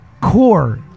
core